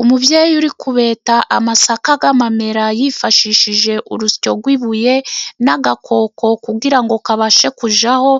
Umubyeyi uri kubeta amasaka y'amamera yifashishije urusyo rw'ibuye n'agakoko, kugira ngo kabashe kujyaho